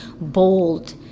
bold